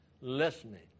listening